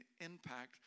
impact